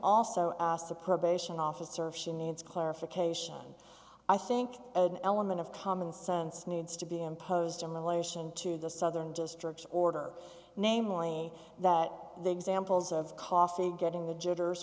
also ask the probation officer if she needs clarification i think an element of common sense needs to be imposed on the lawyers and to the southern district order namely that the examples of coffee getting the jitters